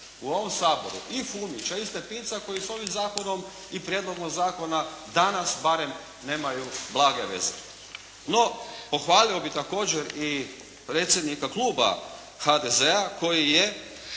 u ovom Saboru i Fumića i Stepinca koji s ovim zakonom i prijedlogom zakona danas barem nemaju blage veze. No, pohvalio bi također i predsjednika kluba HDZ-a koji je,